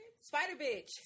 Spider-Bitch